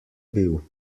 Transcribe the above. bil